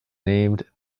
named